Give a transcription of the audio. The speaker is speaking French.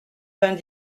vingt